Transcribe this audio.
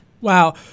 Wow